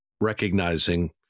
recognizing